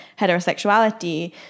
heterosexuality